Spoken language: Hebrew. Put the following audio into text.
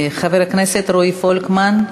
חבר הכנסת רועי פולקמן.